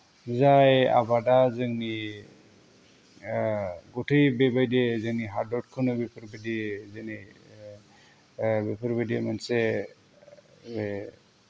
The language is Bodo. जाय आबादा जोंनि गुतै बेबायदि जोंनि हादरखौनो बेफोरबायदि दिनै बेफोरबायदि मोनसे ओइ